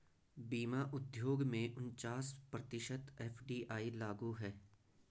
बीमा उद्योग में उनचास प्रतिशत एफ.डी.आई लागू है